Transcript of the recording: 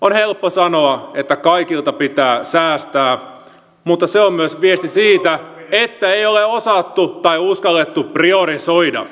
on helppo sanoa että kaikkialta pitää säästää mutta se on myös viesti siitä että ei ole osattu tai uskallettu priorisoida